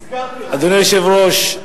אדוני היושב-ראש,